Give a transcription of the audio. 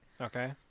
Okay